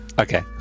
Okay